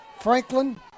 Franklin